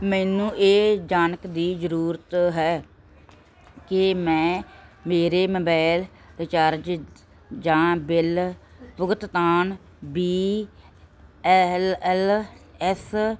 ਮੈਨੂੰ ਇਹ ਜਾਣਨ ਦੀ ਜ਼ਰੂਰਤ ਹੈ ਕਿ ਮੈਂ ਮੇਰੇ ਮੋਬਾਈਲ ਰੀਚਾਰਜ ਜਾਂ ਬਿੱਲ ਭੁਗਤਾਨ ਬੀ ਐੱਲ ਐੱਲ ਐਸ